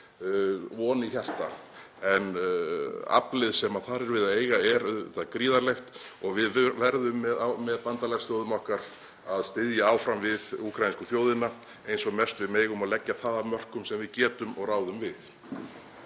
von í hjarta, en aflið sem þar er við að etja er auðvitað gríðarlegt. Við verðum með bandalagsþjóðum okkar að styðja áfram við úkraínsku þjóðina eins og mest við megum og leggja það af mörkum sem við getum og ráðum við.